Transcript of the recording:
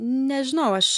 nežinau aš